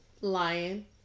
Lion